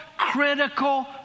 critical